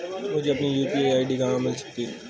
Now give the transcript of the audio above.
मुझे अपनी UPI ID कहां मिल सकती है?